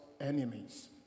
enemies